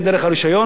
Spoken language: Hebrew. כולם משלמים.